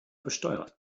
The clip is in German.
besteuert